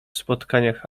spotkaniach